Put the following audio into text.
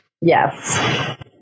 Yes